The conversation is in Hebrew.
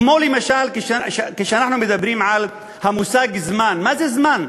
כמו למשל כשאנחנו מדברים על המושג זמן, מה זה זמן?